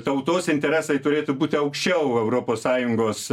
tautos interesai turėtų būti aukščiau europos sąjungos